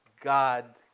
God